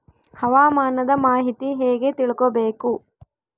ಹವಾಮಾನದ ಮಾಹಿತಿ ಹೇಗೆ ತಿಳಕೊಬೇಕು?